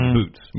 boots